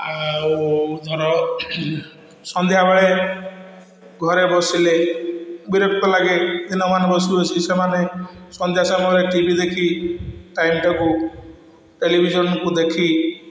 ଆଉ ଧର ସନ୍ଧ୍ୟାବେଳେ ଘରେ ବସିଲେ ବିରକ୍ତ ଲାଗେ ଦିନମାନ ବସି ବସି ସେମାନେ ସନ୍ଧ୍ୟା ସମୟରେ ଟିଭି ଦେଖି ଟାଇମ୍ଟାକୁ ଟେଲିଭିଜନ୍କୁ ଦେଖି